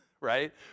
right